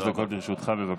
בבקשה.